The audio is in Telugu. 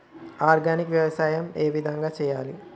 ఆర్గానిక్ వ్యవసాయం ఏ విధంగా చేయాలి?